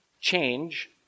change